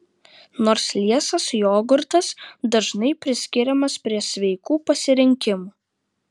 nors liesas jogurtas dažnai priskiriamas prie sveikų pasirinkimų